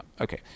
okay